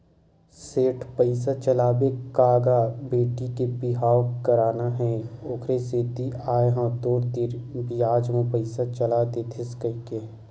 सेठ पइसा चलाबे का गा बेटी के बिहाव करना हे ओखरे सेती आय हंव तोर तीर बियाज म पइसा चला देतेस कहिके